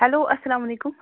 ہٮ۪لواسلام علیُکم